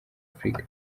africa